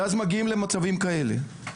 ואז מגיעים למצבים כאלה.